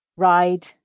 Ride